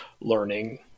learning